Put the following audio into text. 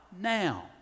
now